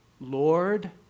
Lord